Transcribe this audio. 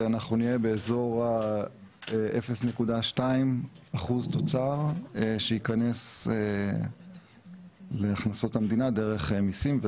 אנחנו נהיה באזור 0.2 אחוז תוצר שייכנס להכנסות המדינה דרך מיסים,